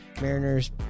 Mariners